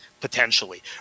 Potentially